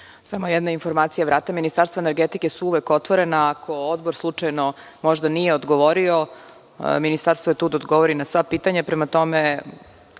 Samo jedna informacija, vrata Ministarstva energetike su uvek otvorena ako Odbor, slučajno, možda nije odgovorio, Ministarstvo je tu da odgovori na sva pitanja.